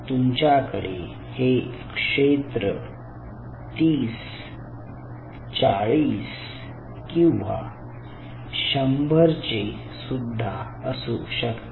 तुमच्याकडे हे क्षेत्र 30 40 किंवा 100 चे सुद्धा असू शकते